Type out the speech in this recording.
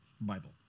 Bible